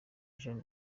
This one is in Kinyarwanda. ejo